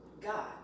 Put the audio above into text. God